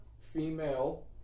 female